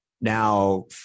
now